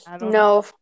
No